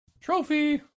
Trophy